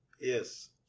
Yes